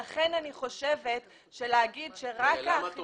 לכן אני חושבת שלהגיד שרק האכיפה --- מה את אומרת?